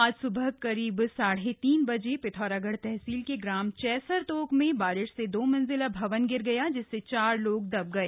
आज सूबह करीब साढ़े तीन बजे पिथौरागढ़ तहसील के ग्राम चैसर तोक में बारिश से दोमंजिला भवन गिर गया जिससे चार लोग दब गए